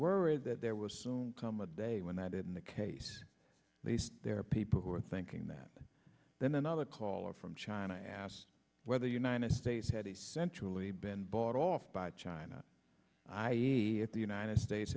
worried that there was soon come a day when that in the case there are people who are thinking that then another caller from china asked whether united states had essentially been bought off by china i e at the united states